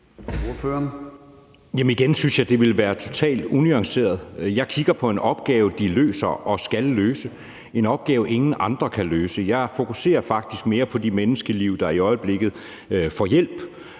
at jeg synes, at det ville være totalt unuanceret at se sådan på det. Jeg kigger på den opgave, de løser og skal løse – en opgave, ingen andre kan løse. Jeg fokuserer faktisk mere på de mennesker, der i øjeblikket får hjælp.